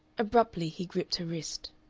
abruptly he gripped her wrist.